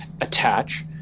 attach